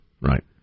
right